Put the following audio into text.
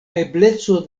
ebleco